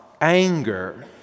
anger